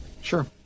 sure